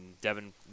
Devin